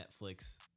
Netflix